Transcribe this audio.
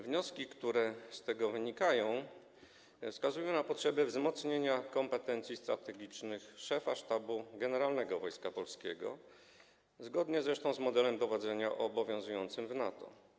Wnioski, które z tego wynikają, wskazują na potrzebę wzmocnienia kompetencji strategicznych szefa Sztabu Generalnego Wojska Polskiego, zgodnie zresztą z modelem dowodzenia obowiązującym w NATO.